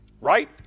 right